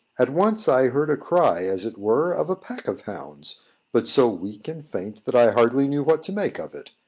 at once i heard a cry as it were of a pack of hounds but so weak and faint that i hardly knew what to make of it.